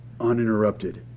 uninterrupted